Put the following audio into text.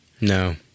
No